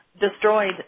destroyed